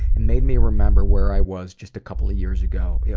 it made me remember where i was just a couple of years ago. yeah